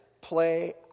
play